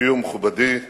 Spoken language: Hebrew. אישי ומכובדי נשיאנו,